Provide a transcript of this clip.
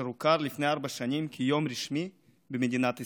אשר הוכר לפני ארבע שנים כיום רשמי במדינת ישראל.